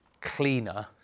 cleaner